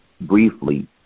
briefly